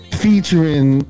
featuring